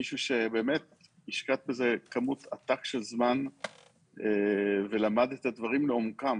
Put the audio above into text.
באמת השקעת בזה כמות עתק של זמן ולמדת את הדברים לעומקם,